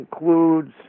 includes